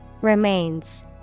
Remains